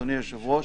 אדוני היושב ראש,